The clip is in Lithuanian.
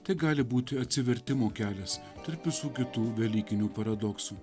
tai gali būti atsivertimų kelias tarp visų kitų velykinių paradoksų